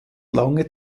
lange